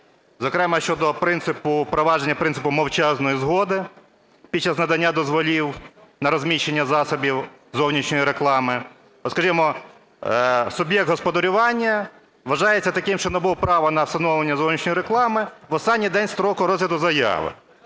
Зокрема, щодо принципу, впровадження принципу мовчазної згоди під час надання дозволів на розміщення засобів зовнішньої реклами. От скажімо, суб'єкт господарювання вважається таким, що набув права на встановлення зовнішньої реклами в останній день строку розгляду заяви.